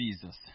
Jesus